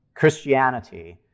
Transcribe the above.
Christianity